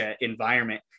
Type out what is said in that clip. environment